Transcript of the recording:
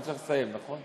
אני צריך לסיים, נכון?